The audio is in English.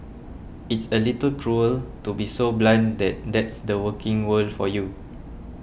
it's a little cruel to be so blunt that that's the working world for you